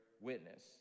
witness